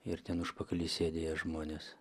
ir ten užpakalyje sėdėję žmonės